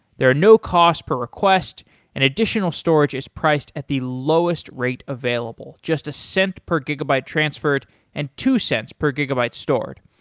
there are no cost per and additional storage is priced at the lowest rate available. just a cent per gigabyte transferred and two cents per gigabyte stored.